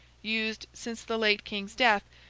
used since the late king's death,